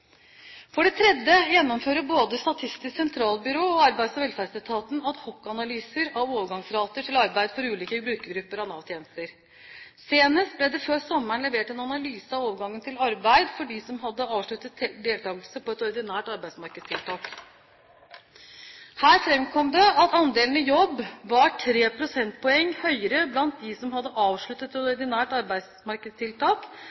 For det tredje gjennomfører både Statistisk sentralbyrå og Arbeids- og velferdsetaten adhocanalyser av overgangsrater til arbeid for ulike grupper av Nav-tjenester. Senest før sommeren ble det levert en analyse av overgangen til arbeid for dem som hadde avsluttet deltakelse på et ordinært arbeidsmarkedstiltak. Her framkom det at andelen i jobb var tre prosentpoeng høyere blant dem som hadde avsluttet